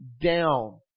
down